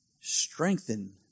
strengthen